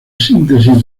síntesis